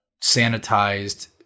sanitized